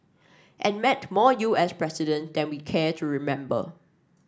and met more U S president than we care to remember